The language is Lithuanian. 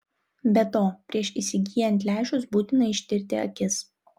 be to prieš įsigyjant lęšius būtina ištirti akis